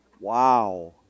Wow